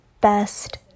best